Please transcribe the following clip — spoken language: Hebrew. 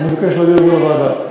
אני מבקש להעביר את זה לוועדה.